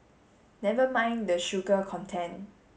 never mind the sugar content